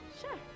sure